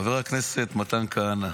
חבר הכנסת מתן כהנא,